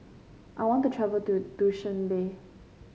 I want to travel to Dushanbe